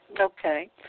Okay